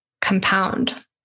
compound